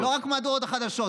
לא רק מהדורות החדשות,